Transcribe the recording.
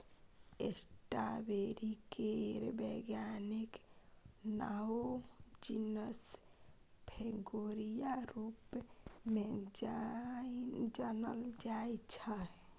strawberry केर बैज्ञानिक नाओ जिनस फ्रेगेरिया रुप मे जानल जाइ छै